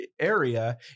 area